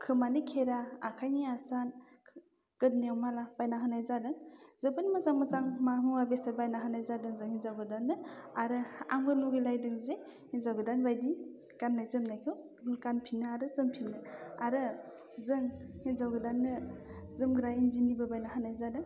खोमानि खेरा आखाइनि आसान गोदोनायाव माला बायना होनाय जादों जोबोद मोजां मोजां मुवा बेसाद बायना होनाय जादों जों हिनजाव गोदाननो आरो आंबो लुगैलायदों जे हिनजाव गोदान बायदि गाननाय जोमनायखौ गानफिननो आरो जोमफिननो आरो जों हिनजाव गोदाननो जोमग्रा इन्दिनिबो बायना होनाय जादों